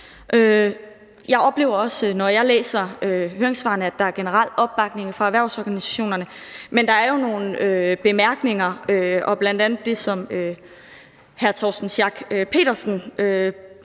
Jeg oplever også, når jeg læser høringssvarene, at der er generel opbakning fra erhvervsorganisationerne, men der er jo nogle bemærkninger, bl.a. i forbindelse med det, som hr. Torsten Schack Pedersen påpegede